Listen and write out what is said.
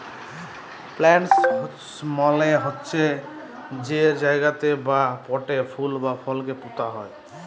planters মালে হছে যে জায়গাতে বা পটে ফুল বা ফলকে পুঁতা যায়